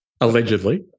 Allegedly